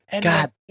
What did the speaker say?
God